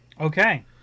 Okay